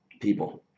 people